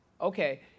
Okay